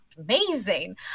amazing